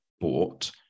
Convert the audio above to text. bought